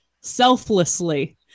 selflessly